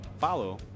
follow